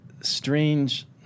strange